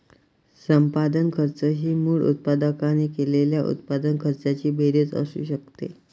संपादन खर्च ही मूळ उत्पादकाने केलेल्या उत्पादन खर्चाची बेरीज असू शकते